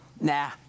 nah